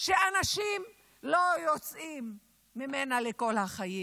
שאנשים לא יוצאים מהן כל החיים.